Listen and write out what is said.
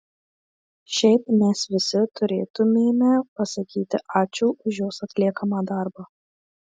šiaip mes visi turėtumėme pasakyti ačiū už jos atliekamą darbą